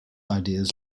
ideas